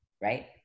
right